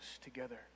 together